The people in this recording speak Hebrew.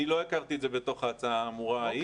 הכרתי את זה בתוך ההצעה האמורה ההיא.